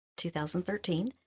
2013